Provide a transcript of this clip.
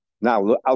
Now